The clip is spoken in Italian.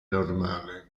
normale